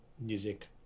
music